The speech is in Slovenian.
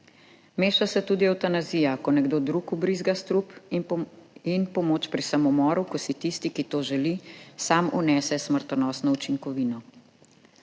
Meša se tudi evtanazija, ko nekdo drug vbrizga strup, in pomoč pri samomoru, ko si tisti, ki to želi, sam vnese smrtonosno učinkovino.